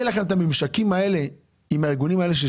אז אם יהיו לכם ממשקים עם הארגונים האלה אני